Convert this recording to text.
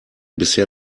bisher